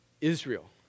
Israel